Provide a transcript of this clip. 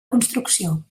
construcció